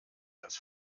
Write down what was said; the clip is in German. das